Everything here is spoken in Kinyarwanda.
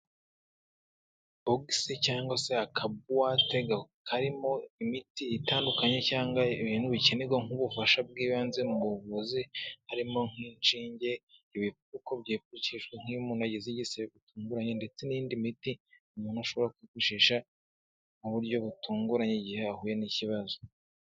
Bogisi cyangwa se aka buwate karimo imiti itandukanye cyangwa ibintu bikenerwa nk'ubufasha bw'ibanze mu buvuzi, harimo nk'inshinge, ibipfuko byifashishwa nk'iyo umuntu agize igisebe bitunguranye ndetse n'indi miti umuntu ashobora kwifashisha mu buryo butunguranye igihe yahuye n'ikibazo.